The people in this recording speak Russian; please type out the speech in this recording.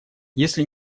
если